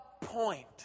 point